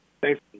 Thanks